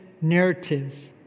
narratives